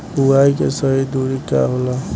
बुआई के सही दूरी का होला?